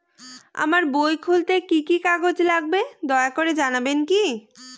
আমার বই খুলতে কি কি কাগজ লাগবে দয়া করে জানাবেন কি?